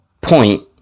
point